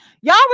y'all